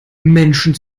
menschen